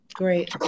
Great